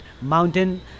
mountain